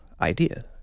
idea